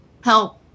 help